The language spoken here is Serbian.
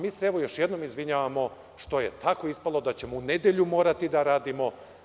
Mi se još jednom evo izvinjavamo što je tako ispalo da ćemo u nedelju morati da radimo.